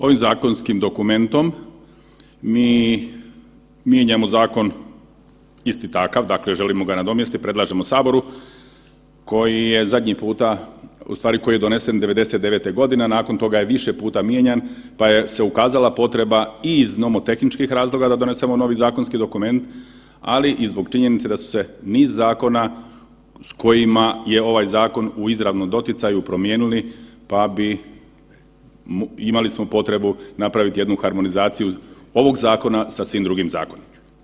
Ovim zakonskim dokumentom mi mijenjamo zakon isti takav, dakle želimo ga nadomjestiti, predlažemo saboru koji je zadnji puta, u stvari koji je donesen '99. godine, a nakon toga je više puta mijenjan pa je ukazala se potreba i iz nomotehničkih razloga da donesemo novi zakonski dokument, ali i zbog činjenice da su se niz zakona s kojima je ovaj zakon u izravnom doticaju promijenili pa bi imali smo potrebu napraviti jednu harmonizaciju ovog zakona sa svim drugim zakonima.